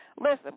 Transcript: Listen